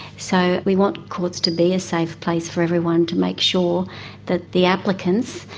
so we want courts to be a safe place for everyone to make sure that the applicants,